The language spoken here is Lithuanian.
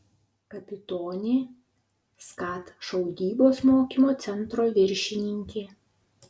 kapitonė skat šaudybos mokymo centro viršininkė